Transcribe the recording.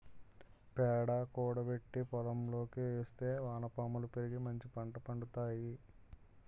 పేడ కూడబెట్టి పోలంకి ఏస్తే వానపాములు పెరిగి మంచిపంట పండుతాయి